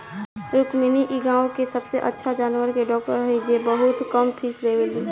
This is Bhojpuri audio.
रुक्मिणी इ गाँव के सबसे अच्छा जानवर के डॉक्टर हई जे बहुत कम फीस लेवेली